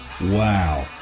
Wow